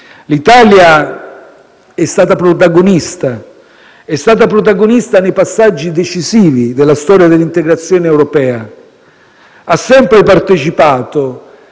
L'Italia è stata protagonista nei passaggi decisivi della storia dell'integrazione europea, ha sempre partecipato